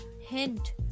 Hint